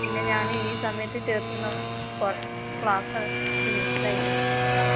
പിന്നെ ഞാൻ ഈ സമയത്തു ചേർക്കുന്നത് ക്ലാസ് മിസ് ആയിട്ടുണ്ടാകും